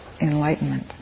enlightenment